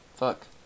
fuck